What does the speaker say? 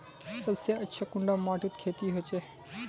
सबसे अच्छा कुंडा माटित खेती होचे?